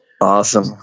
awesome